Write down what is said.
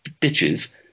bitches